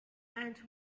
and